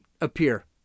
appear